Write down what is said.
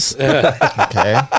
Okay